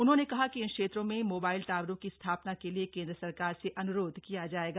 उन्होंने कहा कि इन क्षेत्रों में मोबाइल टावरों की स्थापना के लिए केंद्र सरकार से अन्रोध किया जायेगा